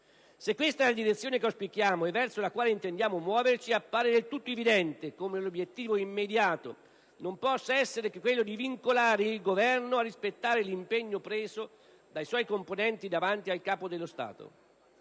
Se questa è la direzione che auspichiamo e verso la quale intendiamo muoverci, appare del tutto evidente come l'obiettivo immediato non possa essere che quello di vincolare il Governo a rispettare l'impegno preso dai suoi componenti davanti al Capo dello Stato,